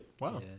Wow